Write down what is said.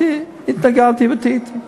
התנגדתי וטעיתי.